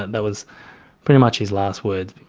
that was pretty much his last words,